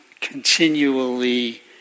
continually